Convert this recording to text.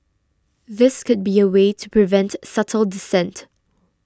this could be a way to prevent subtle dissent